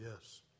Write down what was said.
yes